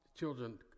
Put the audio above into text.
Children